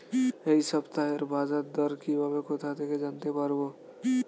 এই সপ্তাহের বাজারদর কিভাবে কোথা থেকে জানতে পারবো?